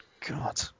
God